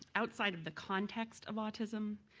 outside of the context of autism,